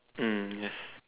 mm yes